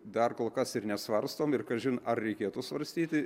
dar kol kas ir nesvarstom ir kažin ar reikėtų svarstyti